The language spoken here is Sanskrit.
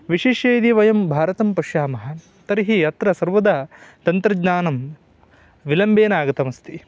विशिष्य यदि वयं भारतं पश्यामः तर्हि अत्र सर्वदा तन्त्रज्ञानं विलम्बेन आगतमस्ति